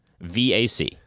V-A-C